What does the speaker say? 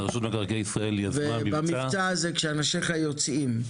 במבצע הזה, כשאנשיך יוצאים,